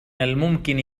الممكن